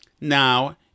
now